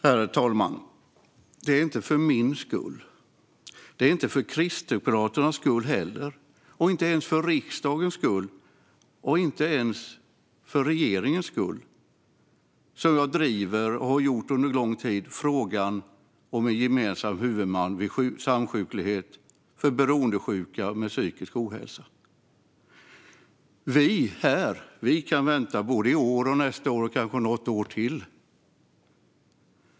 Herr talman! Det är inte för min skull, inte heller för Kristdemokraternas skull och inte ens för riksdagens eller regeringens skull som jag driver och under lång tid har drivit frågan om en gemensam huvudman vid samsjuklighet för beroendesjuka med psykisk ohälsa. Vi här kan vänta både i år, nästa år och kanske något år till.